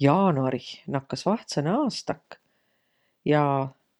Jaanuarih nakkas vahtsõnõ aastak. Ja